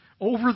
Over